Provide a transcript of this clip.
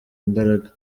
imbaraga